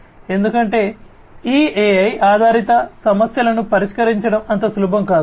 ఎందుకంటే ఈ AI ఆధారిత సమస్యలను పరిష్కరించడం అంత సులభం కాదు